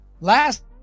Last